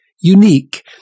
unique